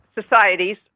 societies